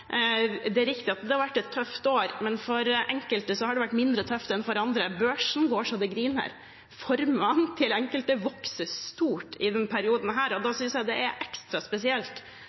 riktig at det har vært et tøft år, men for enkelte har det vært mindre tøft enn for andre. Børsen går så det griner. Formuene til enkelte vokser stort i denne perioden. Da synes jeg det er ekstra spesielt